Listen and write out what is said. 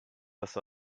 das